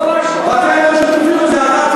הוא לא אמר שום דבר.